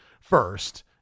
first